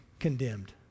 condemned